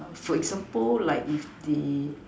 for example like if the